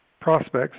prospects